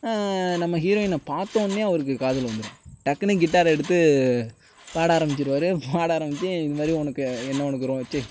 நம்ம ஹீரோயினை பார்த்தோனே அவருக்கு காதல் வந்திடும் டக்குனு கிட்டார் எடுத்து பாட ஆரம்பித்திடுவாரு பாட ஆரம்பித்து இது மாதிரி உனக்கு என்னை உனக்கு சீ